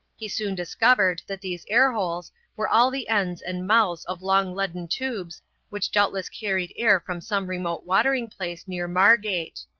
he soon discovered that these air-holes were all the ends and mouths of long leaden tubes which doubtless carried air from some remote watering-place near margate.